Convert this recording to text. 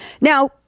Now